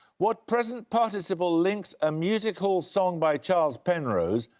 what present participle links a music hall song by charles penrose,